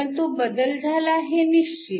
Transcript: परंतु बदल झाला हे निश्चित